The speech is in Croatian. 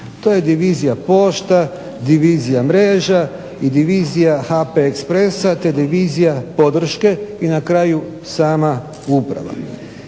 To je divizija pošta, divizija mreža i divizija HP expressa i divizija podrške i na kraju sama uprava.